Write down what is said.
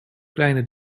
kleine